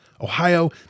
Ohio